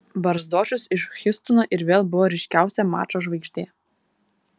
barzdočius iš hjustono ir vėl buvo ryškiausia mačo žvaigždė